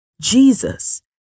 Jesus